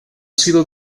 sido